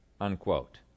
unquote